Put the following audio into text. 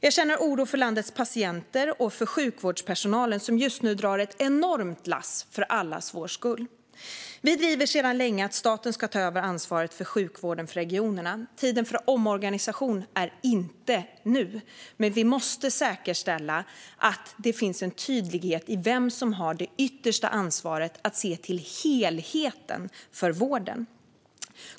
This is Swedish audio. Jag känner oro för landets patienter och för sjukvårdspersonalen, som just nu drar ett enormt lass för allas vår skull. Vi driver sedan länge att staten ska ta över ansvaret för sjukvården från regionerna. Tiden för omorganisation är inte nu, men vi måste säkerställa att det finns en tydlighet i vem som har det yttersta ansvaret att se till helheten för vården.